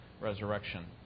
resurrection